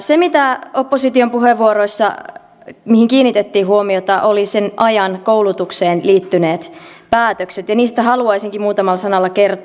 se mihin opposition puheenvuoroissa kiinnitettiin huomiota olivat sen ajan koulutukseen liittyneet päätökset ja niistä haluaisinkin muutamalla sanalla kertoa